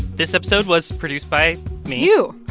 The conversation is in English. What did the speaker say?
this episode was produced by me you.